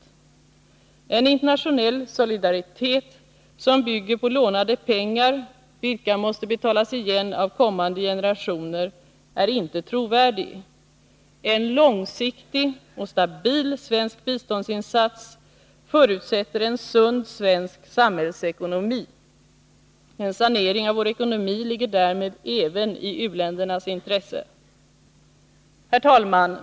En internationell solidaritet som bygger på lånade pengar, vilka måste betalas igen av kommande generationer, är inte trovärdig. En långsiktig och stabil svensk biståndsinsats förutsätter en sund svensk samhällsekonomi. En sanering av vår ekonomi ligger därmed även i u-ländernas intresse. Herr talman!